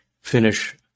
finish